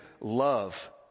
love